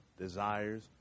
desires